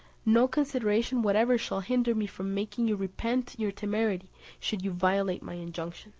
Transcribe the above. no consideration whatever shall hinder me from making you repent your temerity should you violate my injunction